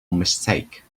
mistake